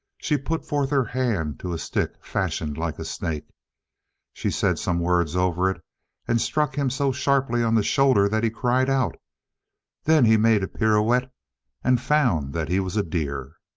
she put forth her hand to a stick fashioned like a snake she said some words over it and struck him so sharply on the shoulder that he cried out then he made a pirouette and found that he was a deer.